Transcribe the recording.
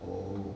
oh